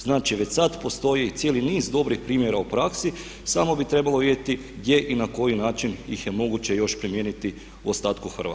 Znači, već sad postoji cijeli niz dobrih primjera u praksi samo bi trebalo vidjeti gdje i na koji način ih je moguće još primijeniti u ostatku Hrvatske.